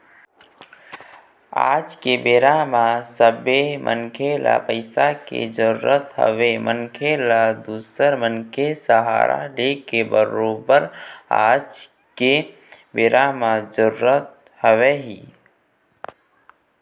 आज के बेरा म सबे मनखे ल पइसा के जरुरत हवय मनखे ल दूसर मनखे के सहारा लेके बरोबर आज के बेरा म जरुरत हवय ही